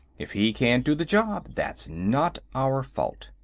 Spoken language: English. if he can't do the job, that's not our fault.